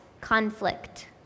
conflict